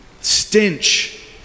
stench